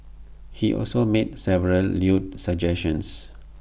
he also made several lewd suggestions